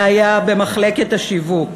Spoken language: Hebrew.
בעיה במחלקת השיווק.